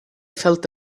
felt